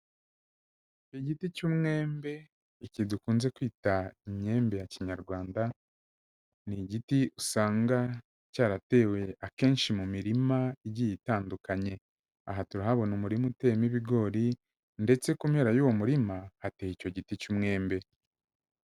Igiti cy'umwembe iki dukunze kwita imyembe ya kinyarwanda, ni igiti usanga cyaratewe akenshi mu mirima igiye itandukanye, aha turahabona umurima uteyemo ibigori ndetse ku mpera y'uwo murima hateye icyo giti cy'umwembe.